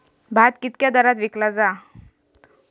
भात कित्क्या दरात विकला जा?